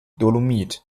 dolomit